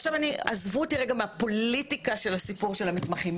עזבו אותי רגע מהפוליטיקה של הסיפור של המתמחים,